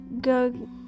go